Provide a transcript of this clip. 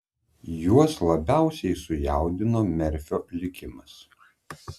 juos labiausiai sujaudino merfio likimas